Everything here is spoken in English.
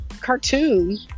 cartoon